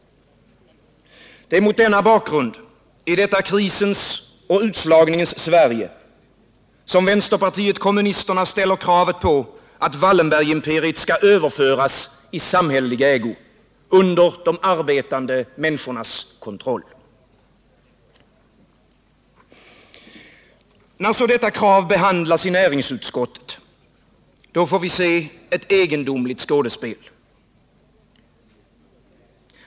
Det är mot denna bakgrund, i detta krisens och utslagningens Sverige, som vänsterpartiet kommunisterna ställer kravet på att Wallenbergimperiet skall överföras i samhällelig ägo — under de arbetande människornas kontroll. Närså detta krav behandlas i näringsutskottet — då får vi se ett egendomligt skådespel.